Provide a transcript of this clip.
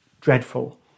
dreadful